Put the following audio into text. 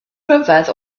ryfedd